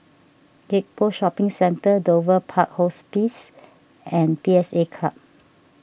Gek Poh Shopping Centre Dover Park Hospice and P S A Club